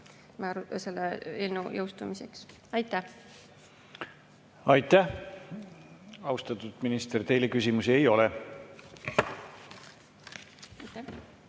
uus aeg selle eelnõu jõustumiseks. Aitäh! Aitäh, austatud minister! Teile küsimusi ei ole.